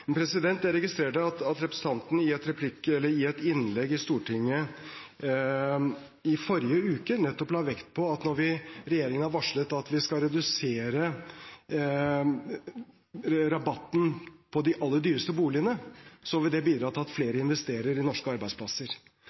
Jeg registrerte at representanten i et innlegg i Stortinget i forrige uke nettopp la vekt på at når regjeringen har varslet at vi skal redusere rabatten på de aller dyreste boligene, vil det bidra til at flere investerer i norske arbeidsplasser.